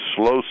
slow